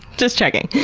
just checking.